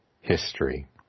history